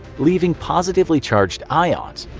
leaving positively charged ions.